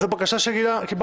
זאת בקשה שקיבלנו